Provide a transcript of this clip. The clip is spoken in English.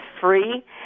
free